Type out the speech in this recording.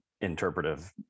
interpretive